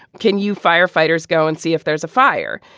can you firefighters go and see if there's a fire.